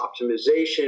optimization